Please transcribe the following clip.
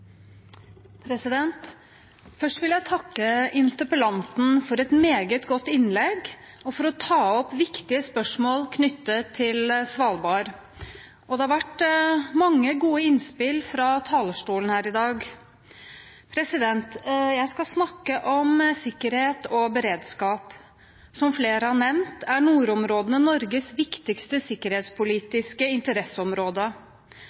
territorium. Først vil jeg takke interpellanten for et meget godt innlegg og for å ta opp viktige spørsmål knyttet til Svalbard. Det har kommet mange gode innspill fra talerstolen her i dag. Jeg skal snakke om sikkerhet og beredskap. Som flere har nevnt, er nordområdene Norges viktigste sikkerhetspolitiske interesseområde.